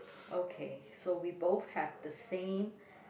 okay so we both have the same